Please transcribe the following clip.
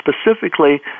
specifically